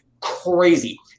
Crazy